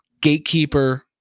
Gatekeeper